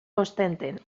ostenten